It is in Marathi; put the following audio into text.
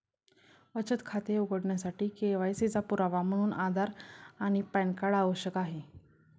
बचत खाते उघडण्यासाठी के.वाय.सी चा पुरावा म्हणून आधार आणि पॅन कार्ड आवश्यक आहे